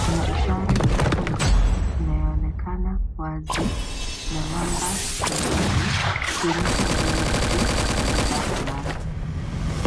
Kuna ishara nyekundu inayoonekana wazi na namba chini yake ikionyesha bei ya juu ya bidhaa fulani.